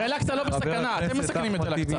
ואל עקצה לא בסכנה אתם מסכנים את אל עקצה.